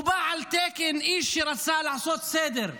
הוא בא על תקן איש שרצה לעשות סדר,